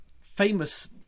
famous